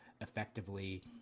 effectively